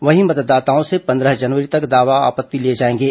वहीं मतदाताओं से पन्द्रह जनवरी तक दावा आपत्ति लिए जाएंगे